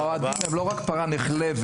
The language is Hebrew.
האוהדים הם לא רק פרה נחלבת,